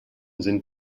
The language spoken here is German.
sind